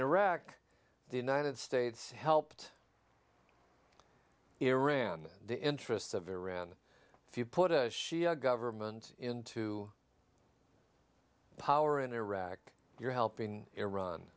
iraq the united states helped iran's the interests of iran if you put a shia government into power in iraq you're helping iran